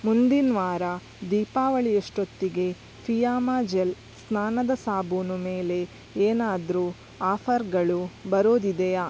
ಮುಂದಿನ ವಾರ ದೀಪಾವಳಿ ಅಷ್ಟೊತ್ತಿಗೆ ಫಿಯಾಮಾ ಜೆಲ್ ಸ್ನಾನದ ಸಾಬೂನು ಮೇಲೆ ಏನಾದರೂ ಆಫರ್ಗಳು ಬರೋದಿದೆಯಾ